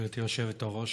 גברתי היושבת-ראש.